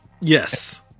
Yes